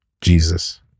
Jesus